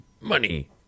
money